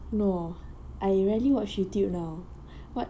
no I rarely watch youtube now what